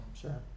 sure